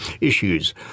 issues